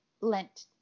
lent